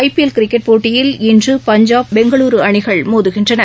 IPL கிரிக்கெட்போட்டியில் இன்று பஞ்சாப் பெங்களுருஅணிகள் மோதுகின்றன